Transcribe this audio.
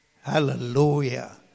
Hallelujah